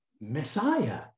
Messiah